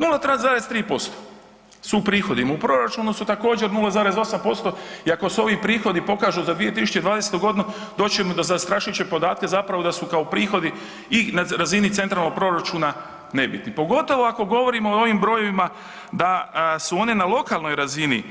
0,3% su u prihodima, u proračunu su također 0,8% i ako su ovi prihodi pokažu za 2020. godinu doći ćemo do zastrašujućeg podatka zapravo da su kao prihodi i na razini centralnog proračuna nebitni pogotovo ako govorimo o ovim brojevima da su oni na lokalnoj razini